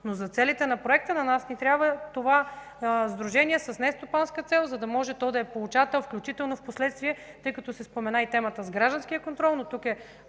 Но за целите на проекта на нас ни трябва това сдружение с нестопанска цел, за да може то да е получател, включително впоследствие, тъй като се спомена и темата за гражданския контрол, но тук е